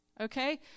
okay